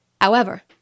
However